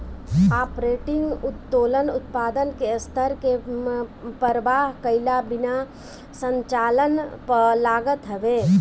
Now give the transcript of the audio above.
operating उत्तोलन उत्पादन के स्तर के परवाह कईला बिना परिचालन पअ लागत हवे